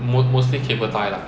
mos~ mostly cable tie lah